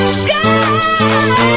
sky